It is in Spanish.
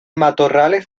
matorrales